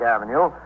Avenue